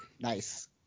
Nice